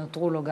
שנותרו לו גם.